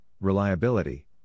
reliability